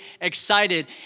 excited